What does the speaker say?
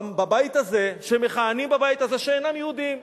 בבית הזה, שמכהנים בבית הזה, שאינם יהודים.